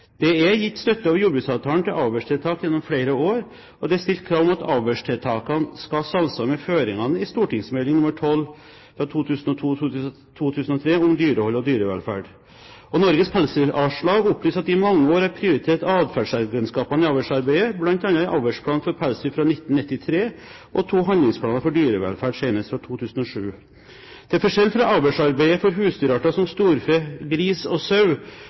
Det er gitt støtte over jordbruksavtalen til avlstiltak gjennom flere år, og det er stilt krav om at avlstiltakene skal samsvare med føringene i St. meld. nr. 12 for 2002–2003, Om dyrehold og dyrevelferd. Norges Pelsdyralslag opplyser at de i mange år har prioritert atferdskunnskapene i avlsarbeidet, bl.a. i avlsplanen for pelsdyr fra 1993 og i to handlingsplaner for dyrevelferd, senest fra 2007. Til forskjell fra avlsarbeidet for husdyrarter som storfe, gris og sau